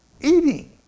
eating